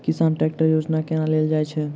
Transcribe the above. किसान ट्रैकटर योजना केना लेल जाय छै?